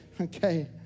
Okay